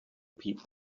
people